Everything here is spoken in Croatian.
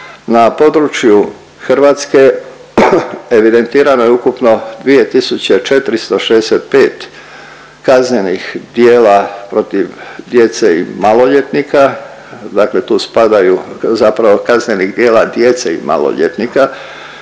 Na području Hrvatske evidentirano je ukupno 2.465 kaznenih djela protiv djece i maloljetnika, dakle tu spadaju, zapravo kaznenih djela djece i maloljetnika,